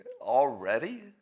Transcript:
already